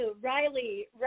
riley